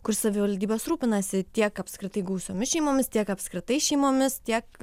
kur savivaldybės rūpinasi tiek apskritai gausiomis šeimomis tiek apskritai šeimomis tiek